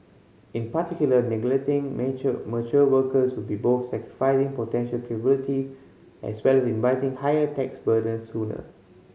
in particular neglecting mature workers would be both sacrificing potential capability as well inviting higher tax burdens sooner